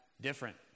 different